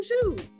shoes